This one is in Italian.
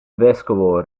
vescovo